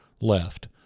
left